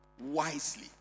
wisely